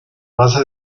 base